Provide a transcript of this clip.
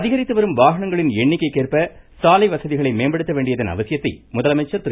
அதிகரித்து வரும் வாகனங்களின் எண்ணிக்கைக் கேற்ப சாலை வசதிகளை மேம்படுத்த வேண்டியதன் அவசியத்தை முதலமைச்சர் திரு